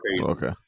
Okay